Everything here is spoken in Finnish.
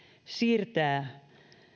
siirtää